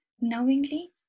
knowingly